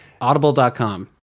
Audible.com